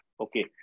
okay